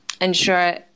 ensure